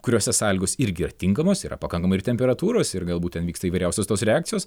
kuriuose sąlygos irgi yra tinkamos yra pakankamai ir temperatūros ir galbūt ten vyksta įvairiausios tos reakcijos